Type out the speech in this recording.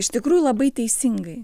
iš tikrųjų labai teisingai